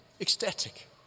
Ecstatic